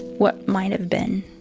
what might have been,